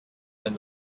and